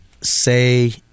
say